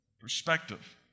perspective